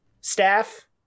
staff